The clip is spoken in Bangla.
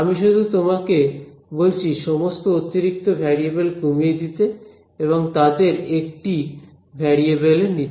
আমি শুধু তোমাকে বলছি সমস্ত অতিরিক্ত ভ্যারিয়েবেল কমিয়ে দিতে এবং তাদের একটি ভ্যারিয়েবেল এ নিতে